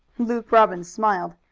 luke robbins smiled,